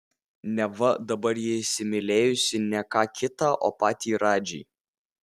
neva dabar ji įsimylėjusi ne ką kitą o patį radžį